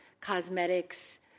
cosmetics